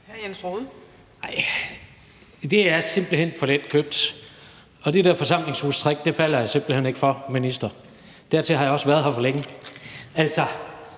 det er simpelt hen for letkøbt, og det der forsamlingshustrick falder jeg simpelt hen ikke for, minister. Dertil har jeg også været her for længe. Altså,